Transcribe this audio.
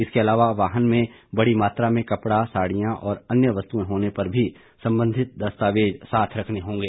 इसके अलावा वाहन में बड़ी मात्रा में कपड़ा साड़ियां और अन्य वस्तुएं होने पर भी संबंधित दस्तावेज साथ रखने होंगे